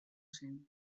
zen